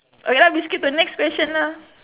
okay come we skip to the next question lah